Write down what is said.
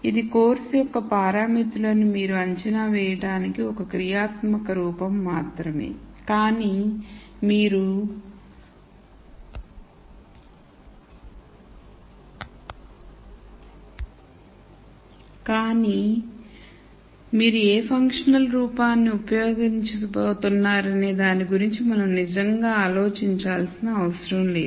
ఇది కోర్సు యొక్క పారామితులను మీరు అంచనా వేయవలసిన ఒక క్రియాత్మక రూపం మాత్రమే కానీ మీరు ఏ ఫంక్షనల్ రూపాన్ని ఉపయోగించబోతున్నారనే దాని గురించి మనం నిజంగా ఆలోచించాల్సిన అవసరం లేదు